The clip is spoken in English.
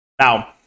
Now